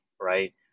right